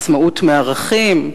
עצמאות מערכים?